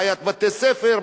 בעיית בתי-ספר,